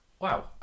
Wow